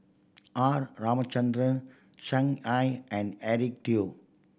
R Ramachandran Shen I and Eric Teo